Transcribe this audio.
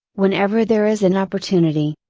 whenever there is an opportunity.